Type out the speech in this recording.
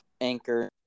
Anchor